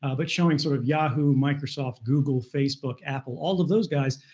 ah but showing sort of yahoo, microsoft, google, facebook, apple, all of those guys,